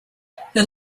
her